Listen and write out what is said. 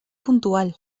puntual